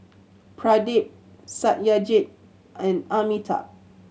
Pradip Satyajit and Amitabh